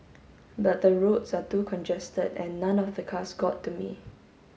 but the roads are too congested and none of the cars got to me